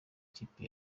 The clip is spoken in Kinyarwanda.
ikipe